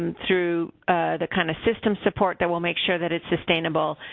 um through the kind of system support that will make sure that it's sustainable,